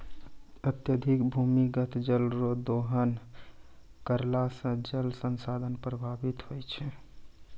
अत्यधिक भूमिगत जल रो दोहन करला से जल संसाधन प्रभावित होय छै